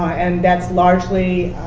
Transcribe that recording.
and that's largely